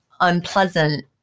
unpleasant